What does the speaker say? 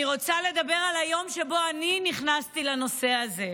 אני רוצה לדבר על היום שבו אני נכנסתי לנושא הזה,